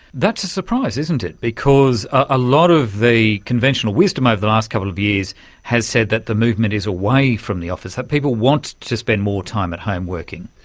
that's a surprise, isn't it, because a lot of the conventional wisdom ah over the last couple of years has said that the movement is away from the office, that people want to spend more time at home working.